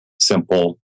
simple